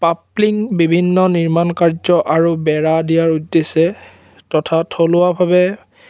পাপলিং বিভিন্ন নিৰ্মাণ কাৰ্য আৰু বেৰা দিয়াৰ উদ্দেশ্যে তথা থলুৱাভাৱে